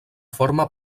forma